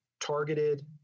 targeted